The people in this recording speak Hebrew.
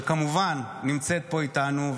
שכמובן נמצאת פה איתנו,